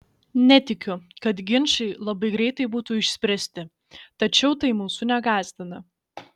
netikiu kad ginčai labai greitai būtų išspręsti tačiau tai mūsų negąsdina